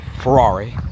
Ferrari